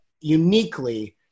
uniquely